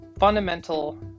fundamental